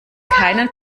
keinen